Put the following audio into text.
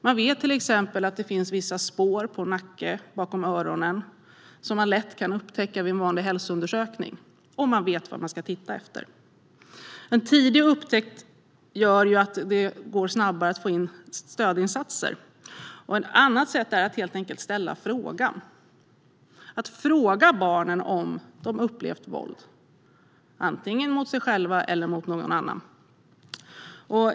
Det finns till exempel vissa spår i nacken och bakom öronen som man lätt kan upptäcka vid en vanlig hälsoundersökning - om man vet vad man ska titta efter. Tidig upptäckt gör att det går snabbare att sätta in stödinsatser. Ett annat sätt är att helt enkelt ställa frågan - att fråga barnen om de upplevt våld, antingen mot sig själva eller mot någon annan.